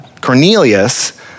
Cornelius